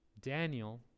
Daniel